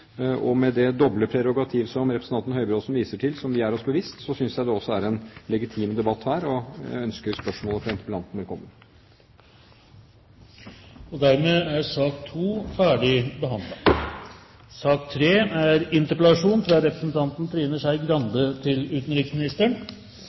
Med det doble prerogativ som representanten Høybråten viser til, og som vi er oss bevisst, synes jeg også det er en legitim debatt her, og jeg ønsker spørsmålet fra interpellanten velkommen. Dermed er sak